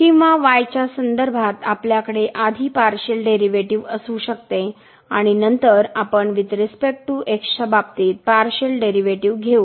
किंवा y च्या संदर्भात आपल्याकडे आधी पार्शिअल डेरीवेटीव असू शकते आणि नंतर आपण वुईथ रिस्पेक्ट टू x च्या बाबतीत पार्शिअल डेरीवेटीव घेऊ